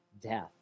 death